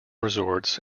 resorts